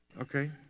okay